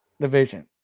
division